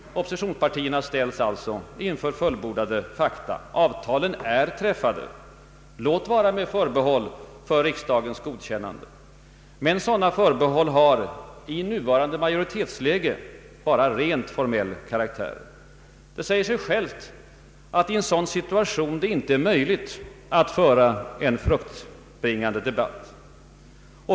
Oppositionspartierna ställs alltså inför fullbordade fakta. Avtalen är träffade, låt vara med förbehåll för riksdagens godkännande. Men sådana förbehåll har i nuvarande majoritetsläge bara rent formell karraktär. Det säger sig självt att det i en sådan situation inte är möjligt att föra en fruktbringande debatt.